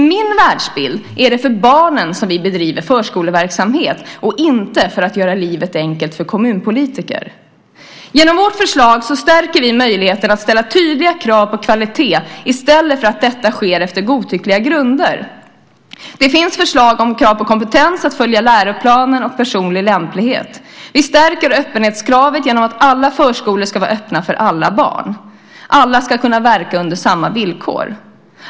I min världsbild är det för barnen vi bedriver förskoleverksamhet, inte för att göra livet enkelt för kommunpolitiker. Genom vårt förslag stärker vi möjligheten att ställa tydliga krav på kvalitet i stället för att det sker på godtyckliga grunder. Det finns förslag om krav på kompetens, att följa läroplanen och personlig lämplighet. Vi stärker öppenhetskravet genom att alla förskolor ska vara öppna för alla barn. Alla ska kunna verka under samma villkor.